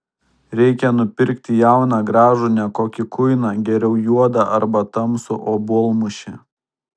reikia nupirkti jauną gražų ne kokį kuiną geriau juodą arba tamsų obuolmušį